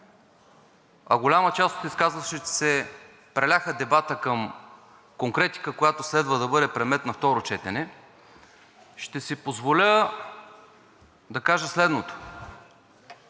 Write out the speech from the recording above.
а голяма част от изказващите се преляха дебата към конкретика, която следва да бъде предмет на второ четене, ще си позволя да кажа следното: